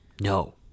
No